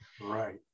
Right